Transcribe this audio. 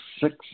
six